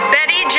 Betty